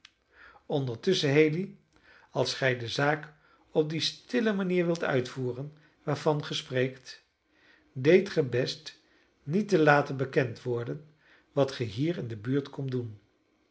ondertusschen haley als gij de zaak op die stille manier wilt uitvoeren waarvan ge spreekt deedt ge best niet te laten bekend worden wat ge hier in de buurt komt doen